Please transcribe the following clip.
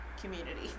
community